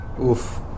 Oof